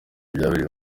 byabereye